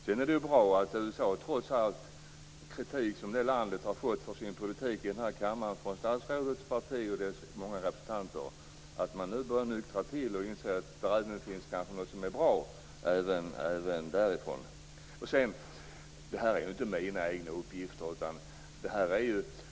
Sedan är det ju bra att representanter för statsrådets parti, efter all kritik av USA:s politik, börjar nyktra till och inser att det kanske även finns något som är bra i USA. Detta är ju inte mina egna uppgifter.